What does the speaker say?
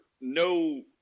no